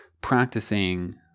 practicing